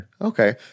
Okay